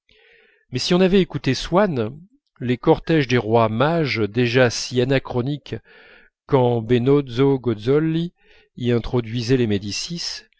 mais si on avait écouté swann les cortèges des rois mages déjà si anachroniques quand benozzo gozzoli y introduisit les médicis